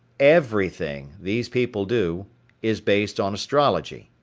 everything these people do is based on astrology.